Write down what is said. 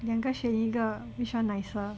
两个选一个 which one nicer